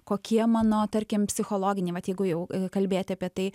kokie mano tarkim psichologiniai vat jeigu jau kalbėti apie tai